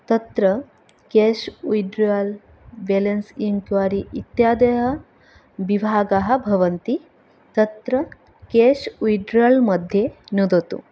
तत्र cash withdrawal balance enquiry इत्यादयः विभागः भवति तत्र केश् वित्ड्रोल् मध्ये नुदतु